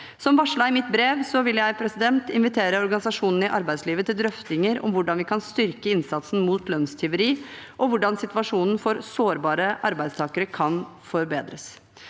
Som varslet i mitt brev vil jeg invitere organisasjonene i arbeidslivet til drøftinger om hvordan vi kan styrke innsatsen mot lønnstyveri, og hvordan situasjonen for sårbare arbeidstakere kan forbedres.